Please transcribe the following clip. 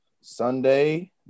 sunday